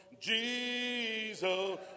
Jesus